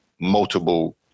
multiple